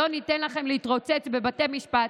לא ניתן לכם להתרוצץ בבתי משפט,